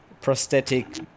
prosthetic